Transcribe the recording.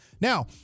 Now